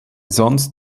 sonst